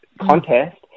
contest